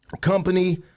company